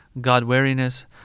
God-wariness